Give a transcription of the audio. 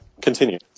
continue